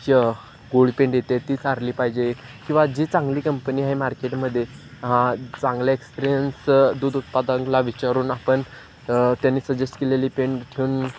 gold पेंड येते ती चारली पाहिजे किंवा जी चांगली कंपनी आहे मार्केटमध्ये हा चांगला एक्सप्रियन्स दूध उत्पादनला विचारून आपण त्यांनी सजेस्ट केलेली पेंड ठेऊन